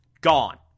Gone